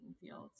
fields